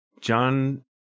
john